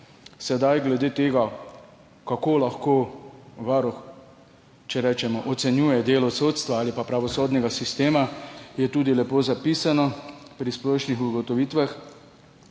Sedaj glede tega. Kako lahko Varuh, če rečemo, ocenjuje delo sodstva ali pa pravosodnega sistema, je tudi lepo zapisano pri splošnih ugotovitvah.